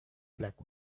black